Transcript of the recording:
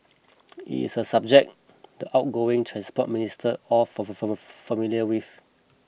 it is a subject the outgoing Transport Minister all familiar with